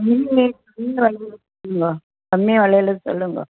சொல்லுங்கள் கம்மி விலையில் சொல்லுங்கள்